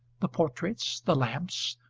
the portraits, the lamps,